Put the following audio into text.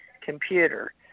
computer